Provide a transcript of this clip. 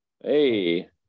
Hey